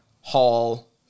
Hall